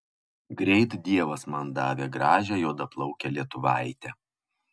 greit dievas man davė gražią juodaplaukę lietuvaitę